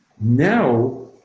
Now